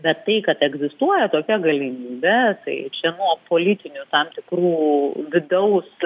bet tai kad egzistuoja tokia galimybė tai čia nuo politinių tam tikrų vidaus